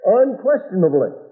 unquestionably